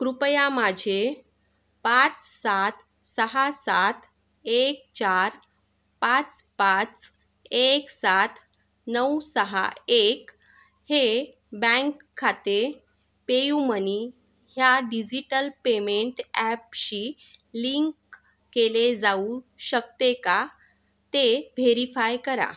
कृपया माझे पाच सात सहा सात एक चार पाच पाच एक सात नऊ सहा एक हे बँक खाते पेयुमनी ह्या डिजिटल पेमेंट ॲपशी लिंक केले जाऊ शकते का ते व्हेरीफाय करा